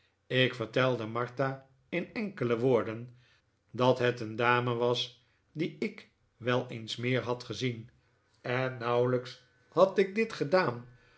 ik vertelde martha in enkele woorden dat het een dame was die ik wel eens meer had gezien en nauwelijks had ik dit gedaan